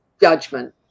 judgment